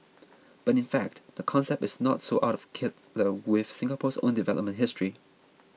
but in fact the concept is not so out of kilter with Singapore's own development history